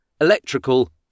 electrical